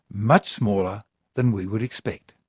much smaller than we would expect.